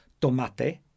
tomate